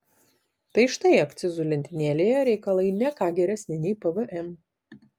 tai štai akcizų lentynėlėje reikalai ne ką geresni nei pvm